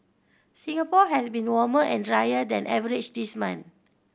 Singapore has been warmer and drier than average this month